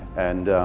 and